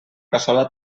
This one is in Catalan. cassola